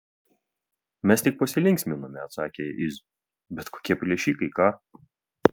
mes tik pasilinksminome atsakė iz bet kokie plėšikai ką